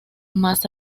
más